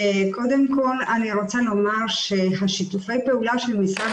קודם כל אני רוצה לומר ששיתופי הפעולה של משרד